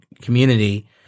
community